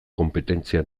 konpetentzia